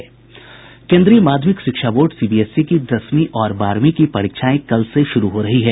केन्द्रीय माध्यमिक शिक्षा बोर्ड सीबीएसई की दसवीं और बारहवीं की परीक्षाएं कल से शुरू हो रही है